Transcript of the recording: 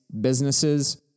businesses